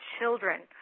children